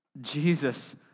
Jesus